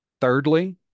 Thirdly